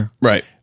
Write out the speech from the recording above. right